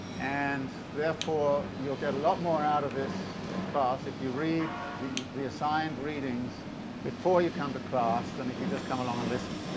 and therefore you'll get a lot more out of this class if you read the the assigned readings before you come to class, than if you just come along and listen.